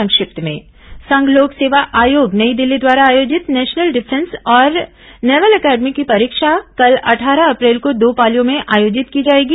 संक्षिप्त समाचार संघ लोक सेवा आयोग नई दिल्ली द्वारा आयोजित नेशनल डिफेंस और नेवल एकेडमी की परीक्षा कल अट्ठारह अप्रैल को दो पालियों में आयोजित की जाएगी